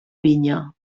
vinya